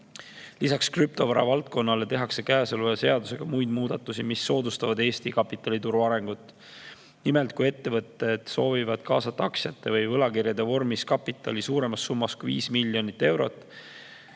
Lisaks krüptovaravaldkonnale tehakse käesoleva seadusega muid muudatusi, mis soodustavad Eesti kapitalituru arengut. Nimelt, kui ettevõtted soovivad kaasata aktsiate või võlakirjade vormis kapitali suuremas summas kui 5 miljonit eurot,